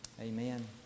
Amen